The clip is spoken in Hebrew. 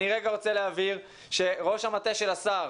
אני רוצה להבהיר שראש המטה של השר